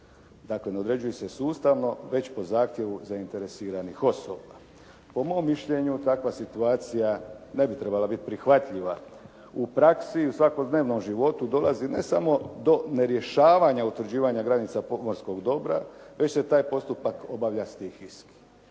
Dakle, ne određuju se sustavno već po zahtjevu zainteresiranih osoba. Po mom mišljenju takva situacija ne bi trebala biti prihvatljiva. U praksi i u svakodnevnom životu dolazi ne samo do nerješavanja utvrđivanja granica pomorskog dobra već se taj postupak obavlja stihijski.